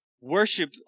worship